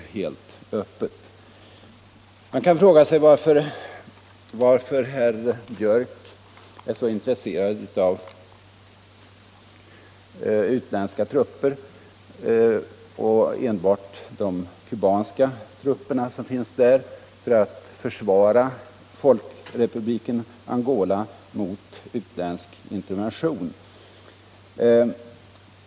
Man kan fråga sig varför herr Björck är så intresserad av förekomsten av utländska trupper, och då enbart av de kubanska trupper som finns där för att försvara Folkrepubliken Angola mot utländsk intervention.